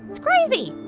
it's crazy